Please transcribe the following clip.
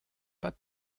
pas